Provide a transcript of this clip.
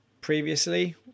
previously